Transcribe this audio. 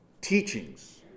teachings